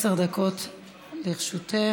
עשר דקות לרשותך.